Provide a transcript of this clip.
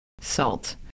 Salt